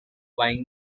buying